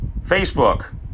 Facebook